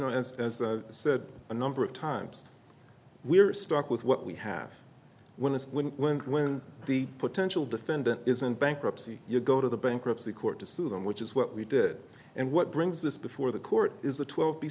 know as i said a number of times we are stuck with what we have when is when when when the potential defendant isn't bankruptcy you go to the bankruptcy court to sue them which is what we did and what brings this before the court is a twelve b